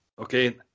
Okay